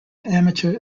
amateur